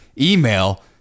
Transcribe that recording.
email